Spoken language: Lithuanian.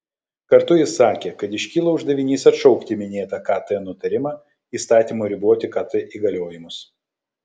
kartu jis sakė kad iškyla uždavinys atšaukti minėtą kt nutarimą įstatymu riboti kt įgaliojimus